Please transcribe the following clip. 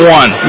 one